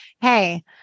hey